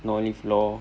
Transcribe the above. no leave lor